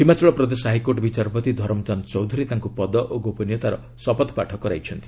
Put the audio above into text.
Himachal Pradesh high court ବିଚାରପତି ଧରମ୍ଚାନ୍ଦ୍ ଚୌଧୁରୀ ତାଙ୍କୁ ପଦ ଓ ଗୋପନୀୟତାର ଶପଥପାଠ କରାଇଛନ୍ତି